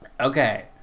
Okay